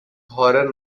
horror